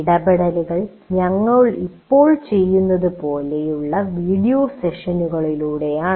ഇടപെടൽ ഞങ്ങൾ ഇപ്പോൾ ചെയ്യുന്നത് പോലുള്ള വീഡിയോ സെഷനുകളിലൂടെയാണ്